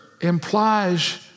implies